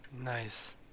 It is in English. Nice